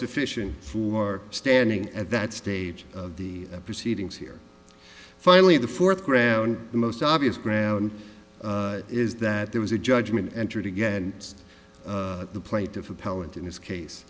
sufficient for standing at that stage of the proceedings here finally the fourth ground the most obvious ground is that there was a judgment entered again and the plaintiff appellant in this case